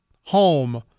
home